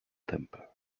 temper